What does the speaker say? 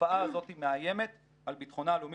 התופעה הזו מאיימת על ביטחונה הלאומי